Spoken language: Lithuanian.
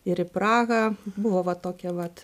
ir į prahą buvo va tokia vat